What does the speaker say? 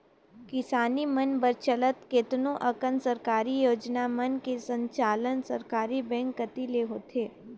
किसानी मन बर चलत केतनो अकन सरकारी योजना मन के संचालन सहकारी बेंक कति ले होथे